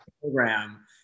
program